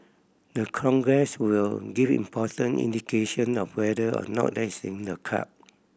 the Congress will give important indication of whether or not that is in the card